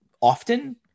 often